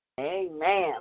Amen